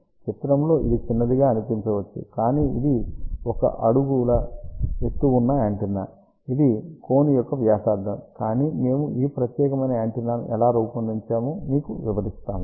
కాబట్టి చిత్రంలో ఇది చిన్నదిగా అనిపించవచ్చు కానీ ఇది 1 అడుగుల ఎత్తు ఉన్న యాంటెన్నా మరియు ఇది కోన్ యొక్క వ్యాసార్థం కానీ మేము ఈ ప్రత్యేకమైన యాంటెన్నాను ఎలా రూపొందించామో మీకు వివరిస్తాము